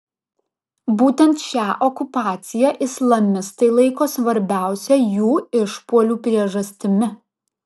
būtent šią okupaciją islamistai laiko svarbiausia jų išpuolių priežastimi